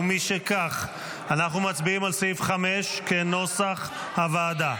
ומשכך, אנחנו מצביעים על סעיף 5 כנוסח הוועדה.